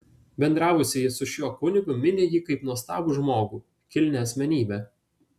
bendravusieji su šiuo kunigu mini jį kaip nuostabų žmogų kilnią asmenybę